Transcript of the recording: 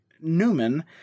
Newman